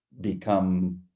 become